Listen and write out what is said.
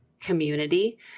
community